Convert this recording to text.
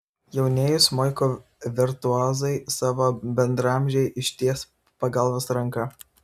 jaunieji smuiko virtuozai savo bendraamžei išties pagalbos ranką